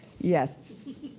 Yes